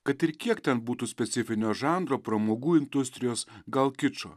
kad ir kiek ten būtų specifinio žanro pramogų industrijos gal kičo